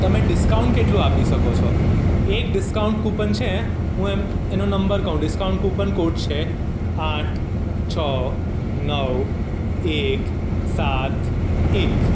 તમે ડિસ્કાઉન્ટ કેટલું આપી શકો છો એક ડિસ્કાઉન્ટ કુપન છે હું એનો નમ્બર કહું ડિસ્કાઉન્ટ કોડ છે આઠ છ નવ એક સાત એક